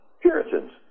Puritans